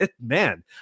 man